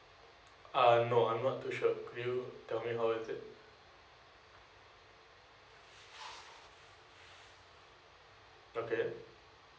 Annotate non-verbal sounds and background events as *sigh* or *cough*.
uh no I'm not too sure could you tell me how is it *breath* okay